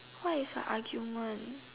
what is a argument